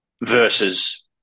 versus